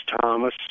Thomas